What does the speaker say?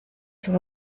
zur